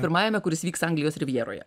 pirmajame kuris vyks anglijos rivjeroje